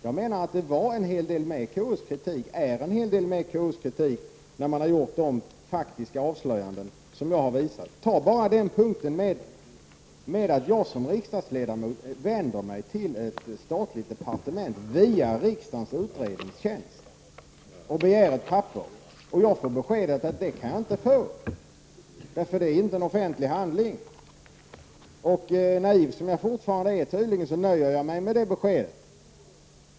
Jag menar att det är en hel del med KUs kritik, eftersom man har gjort de faktiska avslöjanden som jag har pekat på. Ta som exempel att jag som riksdagsledamot, när jag vänder mig till ett statligt departement via riksdagens utredningstjänst och begär ett papper, får beskedet att jag inte kan få det eftersom det inte är en offentlig handling. Naiv som jag tydligen fortfarande är, nöjer jag mig med det beskedet.